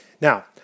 Now